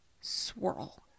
swirl